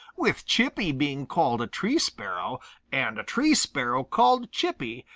with chippy being called a tree sparrow and a tree sparrow called chippy,